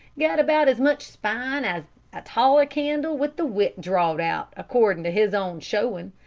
got about as much spine as a taller candle with the wick drawed out, accordin' to his own showin'.